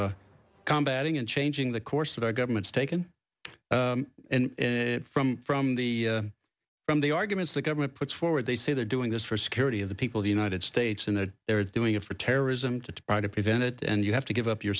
of combat ing and changing the course of our government's taken in from from the from the arguments the government puts forward they say they're doing this for security of the people the united states and that they're doing it for terrorism to try to prevent it and you have to give up your